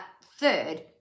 Third